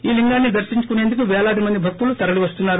ఈ లింగాన్ని దర్పించుకుసేందుకు పేలాది మంది భక్తులు తరలివస్తున్నారు